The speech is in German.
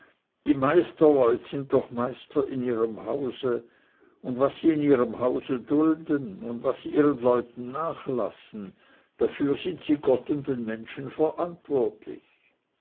die meisterleut sind doch meister in ihrem hause und was sie in ihrem hause dulden und was sie ihren leuten nachlassen dafür sind sie gott und den menschen verantwortlich